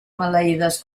maleïdes